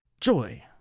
Joy